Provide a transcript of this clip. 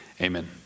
Amen